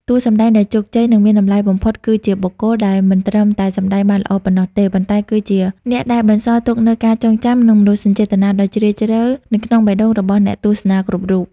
តួសម្ដែងដែលជោគជ័យ និងមានតម្លៃបំផុត គឺជាបុគ្គលដែលមិនត្រឹមតែសម្ដែងបានល្អប៉ុណ្ណោះទេ ប៉ុន្តែគឺជាអ្នកដែលបានបន្សល់ទុកនូវការចងចាំ និងមនោសញ្ចេតនាដ៏ជ្រាលជ្រៅនៅក្នុងបេះដូងរបស់អ្នកទស្សនាគ្រប់រូប។